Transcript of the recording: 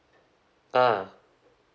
ah